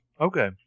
Okay